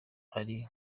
ari